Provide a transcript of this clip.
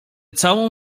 całą